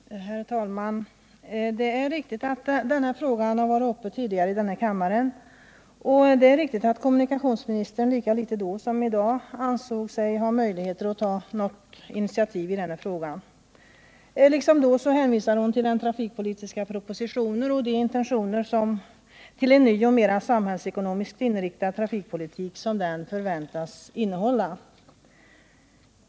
Herr talman! Det är riktigt att den här frågan har varit uppe tidigare i den här kammaren, och det är riktigt att kommunikationsministern lika litet då som i dag ansåg sig ha möjligheter att ta något initiativ i frågan. Liksom då hänvisar hon till den trafikpolitiska propositionen och de intentioner att införa en ny och mera samhällsekonomiskt inriktad trafikpolitik som den förväntas ha.